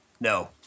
no